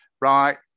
right